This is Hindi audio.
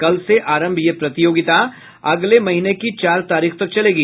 कल से आरंभ यह प्रतियोगिता अगले महीने की चार तारीख तक चलेगी